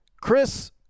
Chris